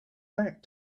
back